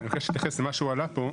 למה שהועלה פה.